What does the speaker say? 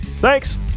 Thanks